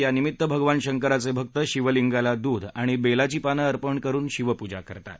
यानिमित्त भगवान शंकराचे भक्त शिवलिंगाला दूध आणि बेलाची पानं अर्पण करून शिवपूजा करतात